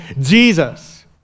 Jesus